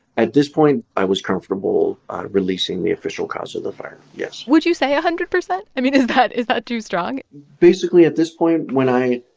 at this point, i was comfortable releasing the official cause of the fire, yes would you say one ah hundred percent? i mean, is that is that too strong? basically at this point, when i